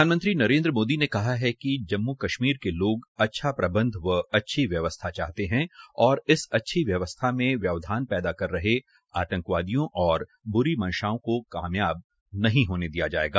प्रधानमंत्री नरेन्द्र मोदी ने कहा है कि जम्मू कश्मीर के लोग अच्छा प्रबंध व अच्छी व्यवस्था चाहते हैं और इस अच्छी व्यवस्था में व्यवधान पैदा कर रहे आतंकवादियों और बुरी मंशाओं को कामयाब नहीं होने दिया जाएगा